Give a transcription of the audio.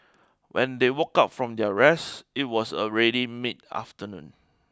when they woke up from their rest it was already mid afternoon